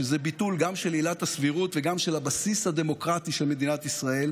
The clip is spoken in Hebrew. שזה ביטול גם של עילת הסבירות וגם של הבסיס הדמוקרטי של מדינת ישראל,